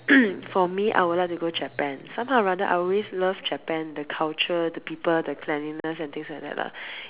for me I would like to go Japan somehow or rather I always love Japan the culture the people the cleanliness and things like that lah